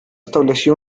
estableció